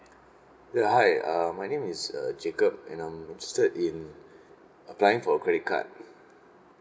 ya hi uh my name is err jacob and I'm interested in applying for a credit card